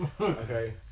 okay